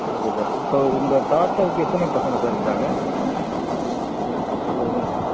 okay sir இப்போ உங்கள் தாத்தாவுக்கு எத்தனை பசங்க சார் இருக்கிறாங்க ம்